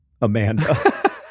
Amanda